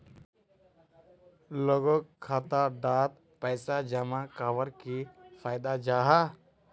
लोगोक खाता डात पैसा जमा कवर की फायदा जाहा?